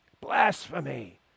Blasphemy